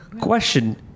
Question